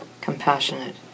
compassionate